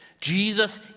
Jesus